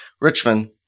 Richmond